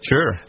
Sure